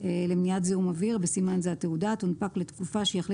למניעת זיהום אוויר (בסימן זה - התעודה) תונפק לתקופה שיחליט